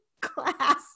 class